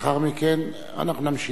לאחר מכן נמשיך.